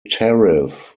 tariff